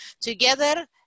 Together